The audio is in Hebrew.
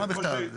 הסכמה בכתב.